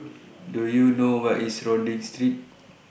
Do YOU know Where IS Rodyk Street